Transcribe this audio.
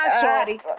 Shorty